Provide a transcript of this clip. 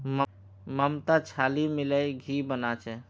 ममता छाली मिलइ घी बना छ